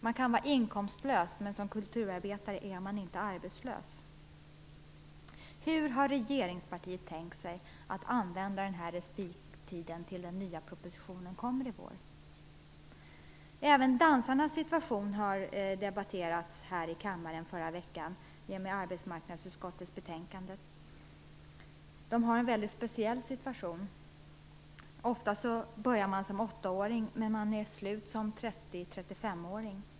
Man kan vara inkomstlös, men som kulturarbetare är man inte arbetslös. Hur har regeringspartiet tänkt sig att använda respittiden tills den nya propositionen kommer i vår? Även dansarnas situation har debatterats här i kammaren förra veckan i och med arbetsmarknadsutskottets betänkande. De har en speciell situation. Man börjar ofta som åttaåring och är slut som 30-35-åring.